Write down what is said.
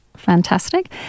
fantastic